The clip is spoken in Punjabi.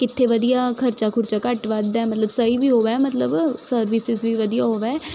ਕਿੱਥੇ ਵਧੀਆ ਖ਼ਰਚਾ ਖ਼ੁਰਚਾ ਘੱਟ ਵੱਧ ਆ ਮਤਲਬ ਸਹੀ ਵੀ ਹੋਵੇ ਮਤਲਬ ਸਰਵਿਸ ਵੀ ਵਧੀਆ ਹੋਵੇ